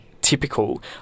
typical